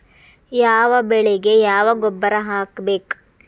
ಯಾವ ಬೆಳಿಗೆ ಯಾವ ಗೊಬ್ಬರ ಹಾಕ್ಬೇಕ್?